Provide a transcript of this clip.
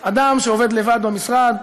אדם שעובד לבד במשרד,